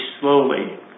slowly